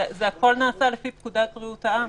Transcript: זה הכול נעשה לפי פקודת בריאות העם.